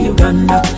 Uganda